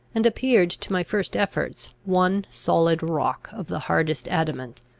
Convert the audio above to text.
and appeared to my first efforts one solid rock of the hardest adamant.